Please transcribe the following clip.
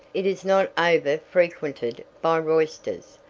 it is not over-frequented by roisterers,